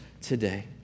today